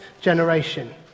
generation